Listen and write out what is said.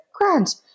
grant